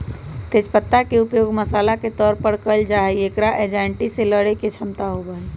तेज पत्ता के उपयोग मसाला के तौर पर कइल जाहई, एकरा एंजायटी से लडड़े के क्षमता होबा हई